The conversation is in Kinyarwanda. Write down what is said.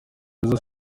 kagame